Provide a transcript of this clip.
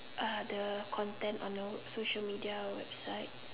uh the content on the social media website